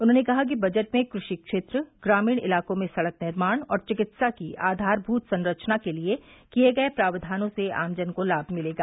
उन्होंने कहा कि बजट में क्रषि क्षेत्र ग्रामीण इलाकों में सड़क निर्माण और चिकित्सा की आधारभूत संरचना के लिये किए गए प्रावधानों से आमजन को लाभ मिलेगा